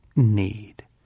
need